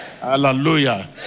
Hallelujah